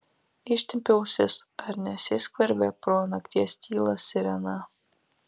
ištempiu ausis ar nesiskverbia pro nakties tylą sirena